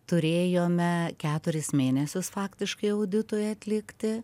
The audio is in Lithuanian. turėjome keturis mėnesius faktiškai auditui atlikti